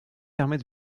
permet